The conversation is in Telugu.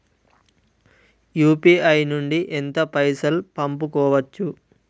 యూ.పీ.ఐ నుండి ఎంత పైసల్ పంపుకోవచ్చు?